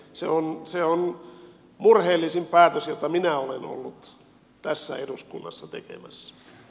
se on murheellisin päätös jota minä olen ollut tässä eduskunnassa tekemässä